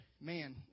man